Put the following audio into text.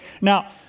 Now